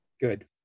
Good